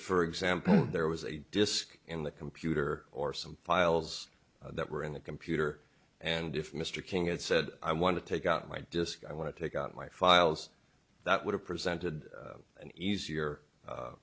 for example there was a disk in the computer or some files that were in the computer and if mr king had said i want to take out my disk i want to take out my files that would have presented an easier